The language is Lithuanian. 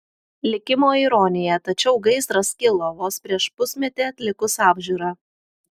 likimo ironija tačiau gaisras kilo vos prieš pusmetį atlikus apžiūrą